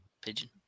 Pigeon